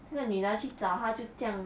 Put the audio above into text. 那女的要去找他就这样